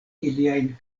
iliajn